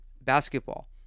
basketball